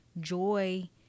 Joy